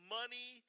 money